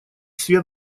свет